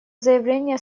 заявление